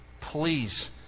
please